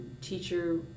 teacher